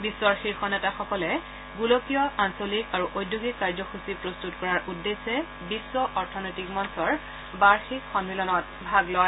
বিশ্বৰ শীৰ্ষ নেতাসকলে গোলকীয় আঞ্চলিক আৰু ঔদ্যোগিক কাৰ্যসূচী প্ৰস্তুত কৰাৰ উদ্দেশ্যে বিশ্ব অৰ্থনৈতিক মঞ্চৰ বাৰ্যিক সন্মিলনত ভাগ লয়